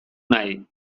nahi